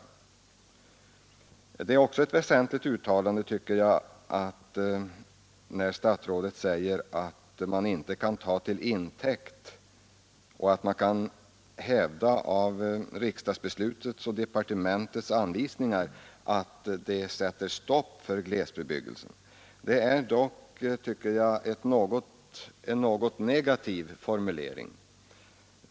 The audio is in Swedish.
Det är också ett väsentligt uttalande, tycker jag, när statsrådet säger: 85 ”Varken riksdagsbeslutet eller civildepartementets anvisningar kan tas till intäkt för att hävda något allmänt stopp för glesbebyggelse.” Dock är det en något negativ formulering.